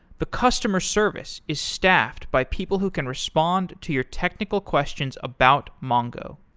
the customer service is staffed by people who can respond to your technical questions about mongo.